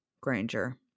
Granger